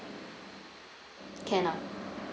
cannot